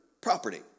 property